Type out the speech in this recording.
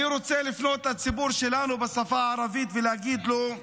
אני רוצה לפנות לציבור שלנו בשפה הערבית ולהגיד לו: